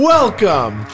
Welcome